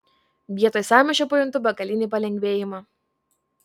vietoj sąmyšio pajuntu begalinį palengvėjimą